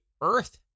earth